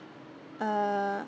uh